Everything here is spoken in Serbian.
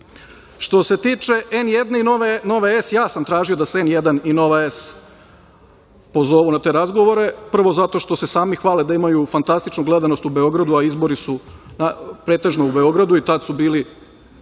se tiče N1 i Nove S, ja sam tražio da se N1 i Nova S pozovu na te razgovore, prvo, zato što se sami hvale da imaju fantastičnu gledanost u Beogradu, a izbori su pretežno u Beogradu i tad su bili